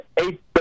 eight